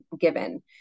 given